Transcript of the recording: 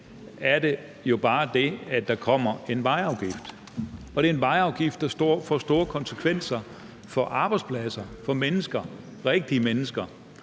er det sådan, at der kommer en vejafgift, og det er en vejafgift, der får store konsekvenser for arbejdspladser og for mennesker, rigtige mennesker